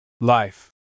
Life